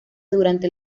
durante